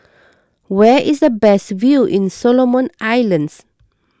where is the best view in Solomon Islands